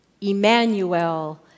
Emmanuel